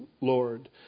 Lord